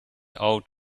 out